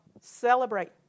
celebrate